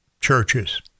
churches